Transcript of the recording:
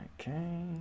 Okay